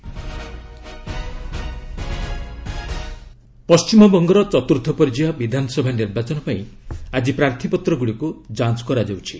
assembly elections ପଶ୍ଚିମବଙ୍ଗର ଚତୁର୍ଥ ପର୍ଯ୍ୟାୟ ବିଧାନସଭା ନିର୍ବାଚନ ପାଇଁ ଆଜି ପ୍ରାର୍ଥୀପତ୍ରଗୁଡ଼ିକୁ ଯାଞ୍ଚ କରାଯାଉଛି